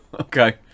Okay